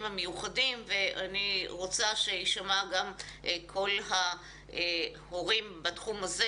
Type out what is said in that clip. מיוחדים ואני רוצה שיישמע גם קול ההורים בתחום הזה.